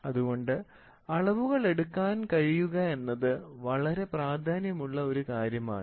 അതുകൊണ്ട് അളവുകൾ എടുക്കാൻ കഴിയുക എന്നത് വളരെ പ്രാധാന്യം ഉള്ള ഒരു കാര്യമാണ്